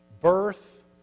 Birth